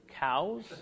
Cows